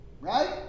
Right